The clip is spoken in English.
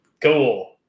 cool